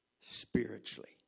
spiritually